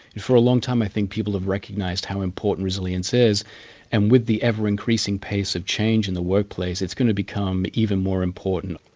for a long time i think people have recognised how important resilience is and with the ever-increasing pace of change in the workplace it's going to become even more important.